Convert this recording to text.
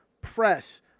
press